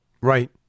Right